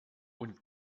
und